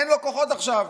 אין לו כוחות עכשיו,